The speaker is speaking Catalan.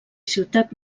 ciutat